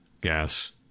Gas